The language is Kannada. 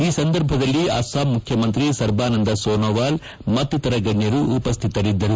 ಈ ಸಂದರ್ಭದಲ್ಲಿ ಅಸ್ಲಾಂ ಮುಖ್ಯಮಂತ್ರಿ ಸರ್ಬಾನಂದ ಸೋನೊವಾಲ್ ಮತ್ತಿತರ ಗಣ್ಯರು ಉಪಸ್ಥಿತರಿದ್ದರು